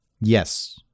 Yes